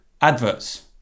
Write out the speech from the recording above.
adverts